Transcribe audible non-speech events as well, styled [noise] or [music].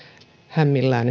hämillään [unintelligible]